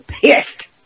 pissed